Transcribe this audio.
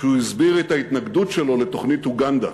כשהוא הסביר את ההתנגדות שלו לתוכנית אוגנדה.